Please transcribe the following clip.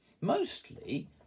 Mostly